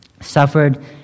suffered